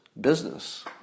business